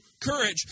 courage